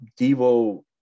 Devo